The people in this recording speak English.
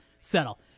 settle